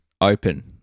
open